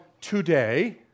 today